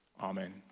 Amen